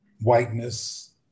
whiteness